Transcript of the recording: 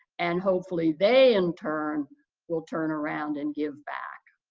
and, hopefully, they in turn will turn around and give back.